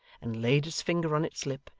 and laid its finger on its lip,